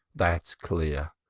that's clear.